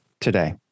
today